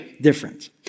difference